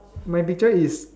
my picture is